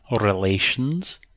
relations